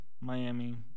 Miami